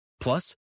Plus